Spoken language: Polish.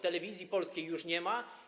Telewizji Polskiej już nie ma.